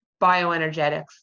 Bioenergetics